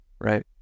right